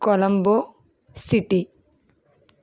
Colombo city